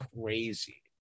crazy